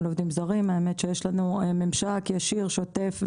האמת שיש לנו ממשק ישיר, שוטף והדוק,